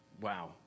wow